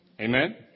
Amen